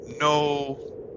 No